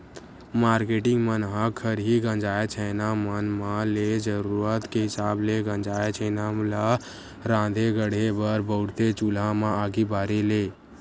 marketing मन ह खरही गंजाय छैना मन म ले जरुरत के हिसाब ले गंजाय छेना ल राँधे गढ़हे बर बउरथे चूल्हा म आगी बारे ले